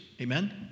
amen